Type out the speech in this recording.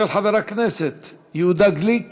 מס' 6904 ו-6940, של חבר הכנסת יהודה גליק